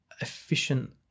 efficient